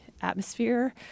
atmosphere